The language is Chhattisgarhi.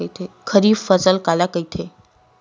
खरीफ फसल काला कहिथे?